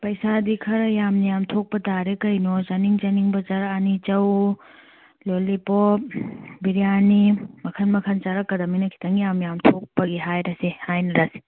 ꯄꯩꯁꯥꯗꯤ ꯈꯔ ꯌꯥꯝ ꯌꯥꯝ ꯊꯣꯛꯄ ꯇꯥꯔꯦ ꯀꯩꯅꯣ ꯆꯥꯅꯤꯡ ꯆꯥꯅꯤꯡꯕ ꯆꯥꯔꯛꯑꯅꯤ ꯆꯧ ꯂꯣꯂꯤꯄꯣꯞ ꯕ꯭ꯔꯤꯌꯥꯅꯤ ꯃꯈꯟ ꯃꯈꯟ ꯆꯥꯔꯛꯀꯗꯃꯤꯅꯦ ꯈꯤꯇꯪ ꯌꯥꯝ ꯌꯥꯝ ꯊꯣꯛꯄꯒꯤ ꯍꯥꯏꯔꯁꯦ ꯍꯥꯏꯅꯔꯁꯦ